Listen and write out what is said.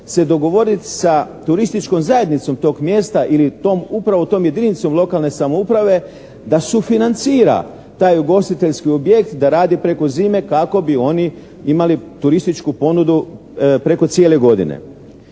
se dogovoriti sa turističkom zajednicom tog mjesta ili upravo tom jedinicom lokalne samouprave da sufinancira taj ugostiteljski objekt da radi preko zime kako bi oni imali turističku ponudu preko cijele godine.